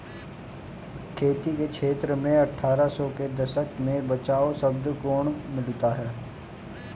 खेती के क्षेत्र में अट्ठारह सौ के दशक में बचाव शब्द गौण मिलता है